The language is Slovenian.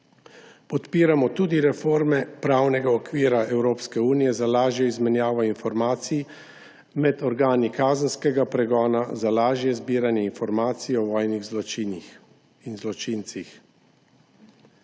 Podpiramo tudi reforme pravnega okvira Evropske unije za lažjo izmenjavo informacij med organi kazenskega pregona za lažje zbiranje informacije o vojnih zločinih